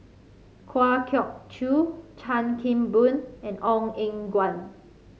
Kwa Geok Choo Chan Kim Boon and Ong Eng Guan